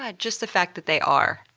ah just the fact that they are.